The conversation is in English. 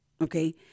Okay